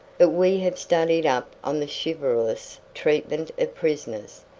but we have studied up on the chivalrous treatment of prisoners.